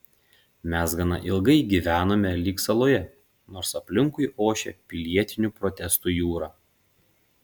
mes gana ilgai gyvenome lyg saloje nors aplinkui ošė pilietinių protestų jūra